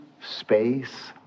space